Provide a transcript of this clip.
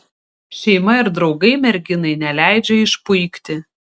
šeima ir draugai merginai neleidžia išpuikti